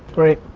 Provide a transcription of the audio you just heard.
great.